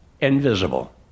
invisible